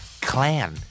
clan